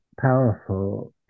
powerful